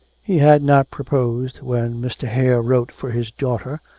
he had not proposed when mr. hare wrote for his daughter,